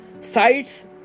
sites